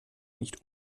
nicht